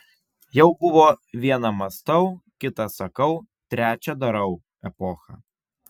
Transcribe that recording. jau buvo viena mąstau kita sakau trečia darau epocha